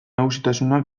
nagusitasuna